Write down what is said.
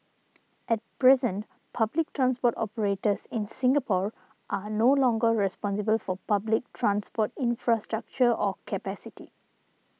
at present public transport operators in Singapore are no longer responsible for public transport infrastructure or capacity